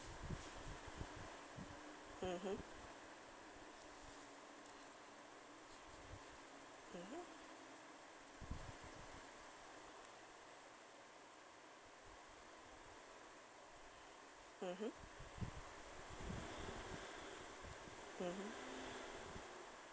mmhmm